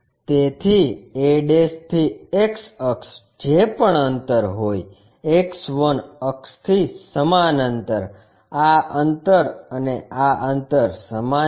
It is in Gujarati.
તેથી a થી X અક્ષ જે પણ અંતર હોય X 1 અક્ષથી સમાન અંતર આ અંતર અને આ અંતર સમાન છે